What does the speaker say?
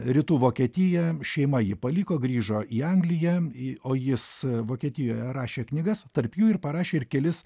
rytų vokietiją šeima jį paliko grįžo į angliją į o jis vokietijoje rašė knygas tarp jų ir parašė ir kelis